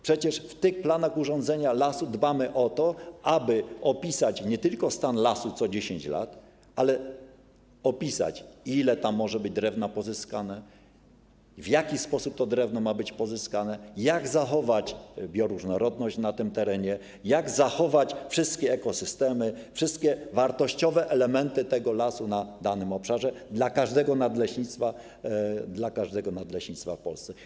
Przecież w planach urządzenia lasu dbamy o to, aby opisać nie tylko stan lasu co 10 lat, ale opisać, ile tam może być drewna pozyskane, w jaki sposób to drewno ma być pozyskane, jak zachować bioróżnorodność na tym terenie, jak zachować wszystkie ekosystemy, wszystkie wartościowe elementy lasu na danym obszarze, dla każdego nadleśnictwa w Polsce.